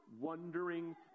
wondering